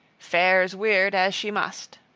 fares wyrd as she must.